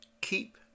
keep